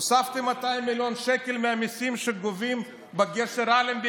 הוספתם 200 מיליון שקל מהמיסים שגובים בגשר אלנבי,